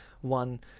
One